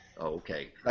Okay